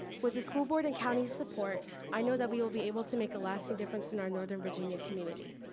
with the school board and county support. i know that we will be able to make a lasting difference in our northern virginia community.